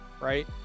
right